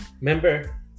Remember